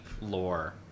lore